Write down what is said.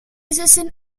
highly